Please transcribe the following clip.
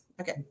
okay